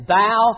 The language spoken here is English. Thou